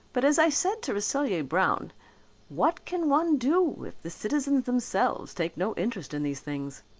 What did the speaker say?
but as i said to rasselyer-brown, what can one do if the citizens themselves take no interest in these things.